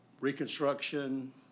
reconstruction